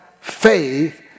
faith